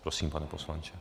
Prosím, pane poslanče.